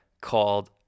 called